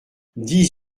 dix